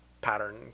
pattern